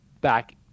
back